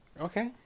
Okay